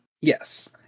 Yes